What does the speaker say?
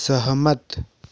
सहमत